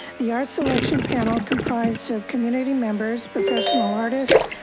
the art selection panel comprised of community members, professional artists,